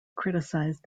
criticized